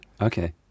okay